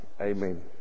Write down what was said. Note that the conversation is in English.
Amen